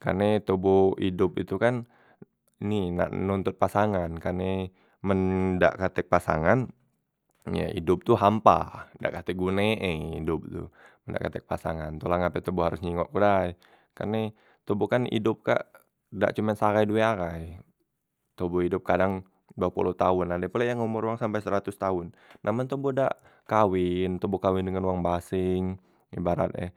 karne toboh idop itu kan ni nak nontot pasangan, karne men dak katek pasangan ye idop tu hampa, dak katek gune e idop tu men dak katek pasangan tu, tu la ngape toboh haros nyingok ke dai, karne toboh kan idop kak dak cume se ahai due ahai, toboh idop kadang bepoloh taon ade pulek yang omor wong nyampek seratos taon, nah amen toboh dak kawen toboh kawen dengen wong baseng ibarat e.